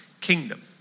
kingdom